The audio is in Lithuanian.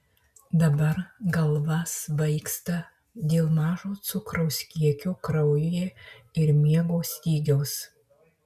dabar galva svaigsta dėl mažo cukraus kiekio kraujyje ir miego stygiaus